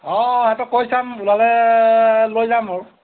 অঁ সিহঁতক কৈ চাম ওলালে লৈ যাম বাৰু